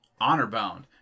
Honor-bound